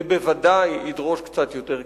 זה בוודאי ידרוש קצת יותר כסף,